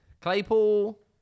Claypool